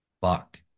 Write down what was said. Fuck